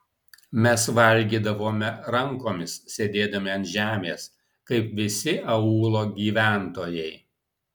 mes valgydavome rankomis sėdėdami ant žemės kaip visi aūlo gyventojai